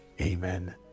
amen